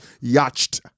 yacht